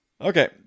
Okay